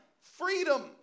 freedom